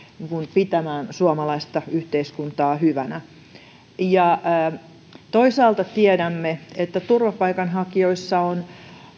pitämään suomalaista yhteiskuntaa hyvänä toisaalta tiedämme että turvapaikanhakijoissa on